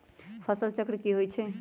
फसल चक्र की होइ छई?